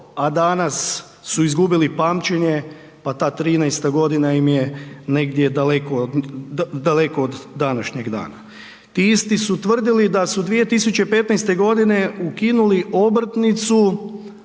a danas su izgubili pamćenje, pa ta '13.g. im je negdje daleko, daleko od današnjeg dana. Ti isti su tvrdili da su 2015.g. ukinuli obrtnicu,